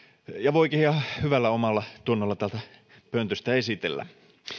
voikin ihan hyvällä omallatunnolla täältä pöntöstä esitellä